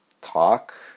talk